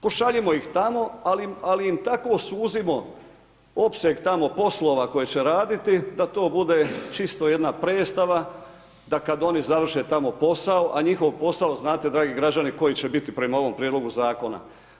Pošaljimo ih tamo ali im tako suzimo opseg tamo poslova koje će raditi da to bude čisto jedna predstava da kad oni završe tamo posao a njihov posao znate dragi građani, koji će biti prema ovom prijedlogu zakona?